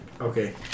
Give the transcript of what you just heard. Okay